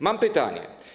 Mam pytanie.